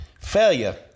Failure